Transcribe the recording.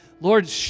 Lord